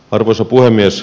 arvoisa puhemies